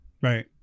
Right